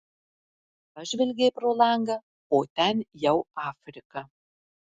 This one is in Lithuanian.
pažvelgei pro langą o ten jau afrika